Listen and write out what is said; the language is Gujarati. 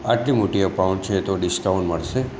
આટલી મોટી અમાઉન્ટ છે તો ડિસ્કાઉન્ટ મળશે